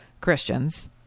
Christians